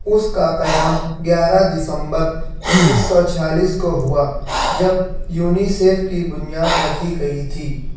اس کا قیام گیارہ دسمبر انیس سو چھیالس کو ہوا جب یونیسیف کی بنیاد رکھی گئی تھی